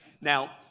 Now